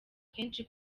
kenshi